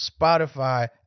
Spotify